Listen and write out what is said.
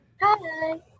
hi